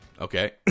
Okay